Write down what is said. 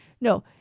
no